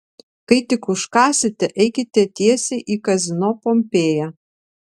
kai tik užkąsite eikite tiesiai į kazino pompėja